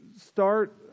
start